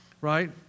right